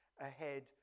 ahead